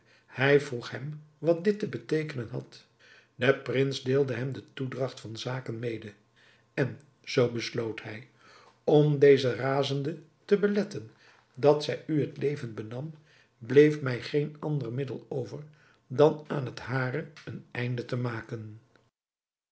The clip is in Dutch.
hij vroeg hem wat dit te beteekenen had de prins deelde hem de toedragt van zaken mede en zoo besloot hij om deze razende te beletten dat zij u het leven benam bleef mij geen ander middel over dan aan het hare een einde te maken